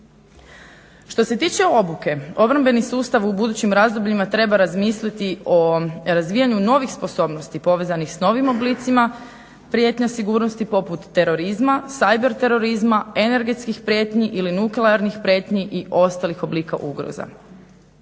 Što se tiče obuke, obrambeni sustav u budućim razdobljima treba razmisliti o razvijanju novih sposobnosti povezanih s novim oblicima, prijetnja sigurnosti poput terorizma, cayber terorizma, energetskih prijetnji ili nuklearnih prijetnji i ostalih oblika ugroza.